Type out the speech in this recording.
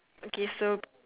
okay so